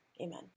amen